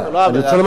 אני רוצה לומר לך,